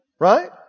Right